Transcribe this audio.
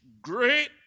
great